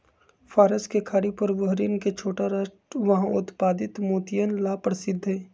फारस के खाड़ी पर बहरीन के छोटा राष्ट्र वहां उत्पादित मोतियन ला प्रसिद्ध हई